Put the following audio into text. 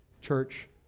church